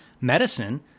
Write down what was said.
medicine